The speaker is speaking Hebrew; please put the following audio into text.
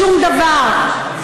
שום דבר.